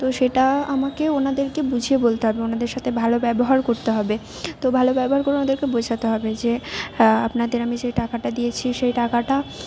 তো সেটা আমাকে ওনাদেরকে বুঝিয়ে বলতে হবে ওনাদের সাথে ভালো ব্যবহার করতে হবে তো ভালো ব্যবহার করে ওনাদেরকে বোঝাতে হবে যে আপনাদের আমি যে টাকাটা দিয়েছি সেই টাকাটা